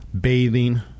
bathing